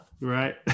right